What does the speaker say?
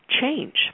change